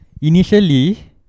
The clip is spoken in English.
initially